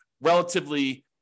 relatively